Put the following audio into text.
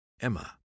Emma